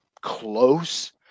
close